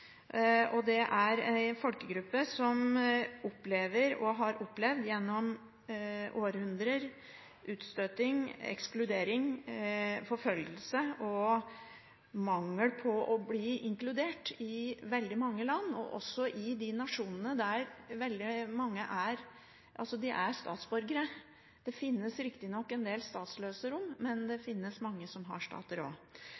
er en folkegruppe som opplever – og som gjennom århundrer har opplevd – utstøting, ekskludering, forfølgelse og mangel på å bli inkludert i veldig mange land, også i de nasjonene der veldig mange faktisk er statsborgere. Det finnes riktignok en del statsløse romfolk, men det finnes også mange som har statsborgerskap. Jeg velger å